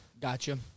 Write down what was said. gotcha